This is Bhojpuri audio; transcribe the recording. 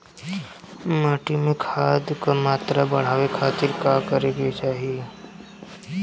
माटी में खाद क मात्रा बढ़ावे खातिर का करे के चाहीं?